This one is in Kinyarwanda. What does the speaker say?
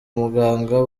muganga